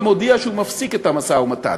גם הודיע שהוא מפסיק את המשא-ומתן.